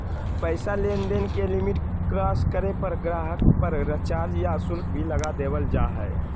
पैसा लेनदेन के लिमिट क्रास करे पर गाहक़ पर चार्ज या शुल्क भी लगा देवल जा हय